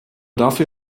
dafür